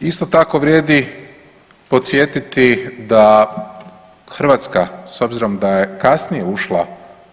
Isto tako vrijedi podsjetiti da Hrvatska s obzirom da je kasnije ušla